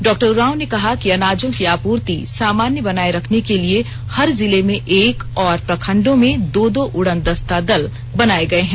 doctor Oraon ने कहा कि अनाजों की आपूर्ति सामान्य बनाए रखने के लिए हर जिले में एक और प्रखंडों में दो दो उड़नदस्ता दल बनाए गए हैं